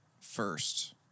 first